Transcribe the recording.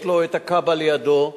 יש לו הכב"א לידו,